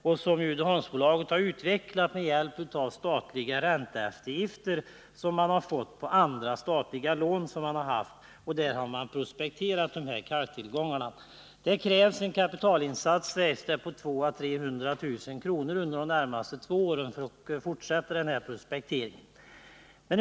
Detta projekt har Uddeholmsbolaget utvecklat med hjälp av statliga ränteeftergifter på andra statliga lån. Inom projektet har man prospekterat kalktillgångarna. Det krävs enligt uppgift en kapitalinsats på 200 000-300 000 kr. under de närmaste två åren för fortsatt prospektering.